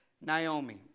Naomi